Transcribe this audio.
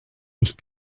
nicht